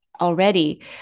already